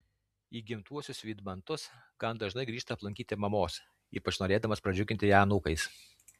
į gimtuosius vydmantus gan dažnai grįžta aplankyti mamos ypač norėdamas pradžiuginti ją anūkais